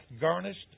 garnished